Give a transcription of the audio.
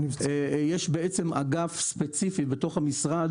יש אגף ספציפי במשרד